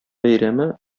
бәйрәме